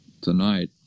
tonight